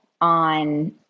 on